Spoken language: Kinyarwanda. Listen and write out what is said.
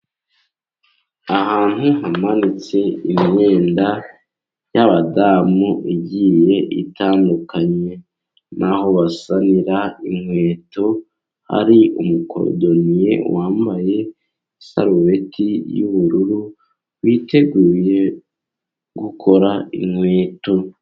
Ahantu hamanitse imyenda y'abadamu igiye itandukanye. Ni aho basanira inkweto, hari umukorodoniye wambaye isarubeti y'ubururu witeguye gukora inkweto.